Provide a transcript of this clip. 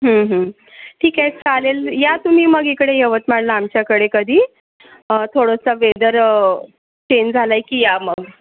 ठीक आहे चालेल या तुम्ही मग इकडे यवतमाळला आमच्याकडे कधी थोडंसं वेदर चेंज झालंय की या मग